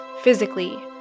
physically